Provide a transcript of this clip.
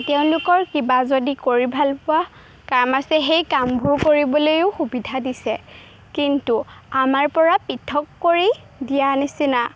তেওঁলোকৰ কিবা যদি কৰি ভালপোৱা কাম আছে সেই কামবোৰ কৰিবলৈয়ো সুবিধা দিছে কিন্তু আমাৰ পৰা পৃথক কৰি দিয়া নিচিনা